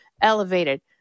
elevated